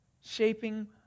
shaping